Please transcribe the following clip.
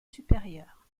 supérieurs